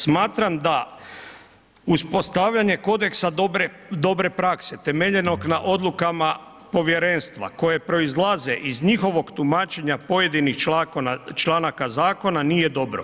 Smatram da uspostavljanje kodeksa dobre prakse temeljenog na odlukama povjerenstva koje proizlaze iz njihovog tumačenja pojedinih članaka zakona nije dobro.